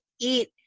eat